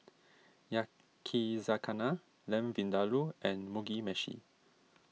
Yakizakana Lamb Vindaloo and Mugi Meshi